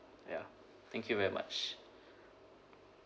ya thank you very much